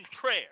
prayer